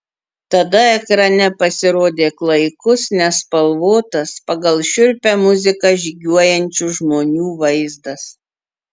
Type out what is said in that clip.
tada ekrane pasirodė klaikus nespalvotas pagal šiurpią muziką žygiuojančių žmonių vaizdas